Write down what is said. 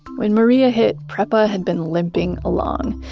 when maria hit, prepa had been limping along.